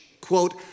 quote